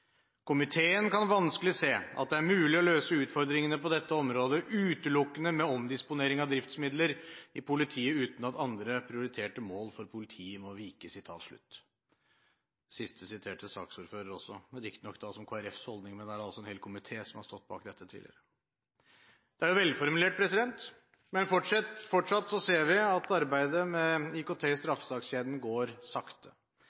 Komiteen kan vanskelig se at det er mulig å løse utfordringene på dette området utelukkende med omdisponering av driftsmidler i politiet uten at andre prioriterte mål for politiet må vike.» Det siste siterte også saksordføreren, riktignok da som Kristelig Folkepartis holdning, men en hel komité har altså stått bak dette tidligere. Det er velformulert, men fortsatt ser vi at arbeidet med IKT i straffesakskjeden går sakte.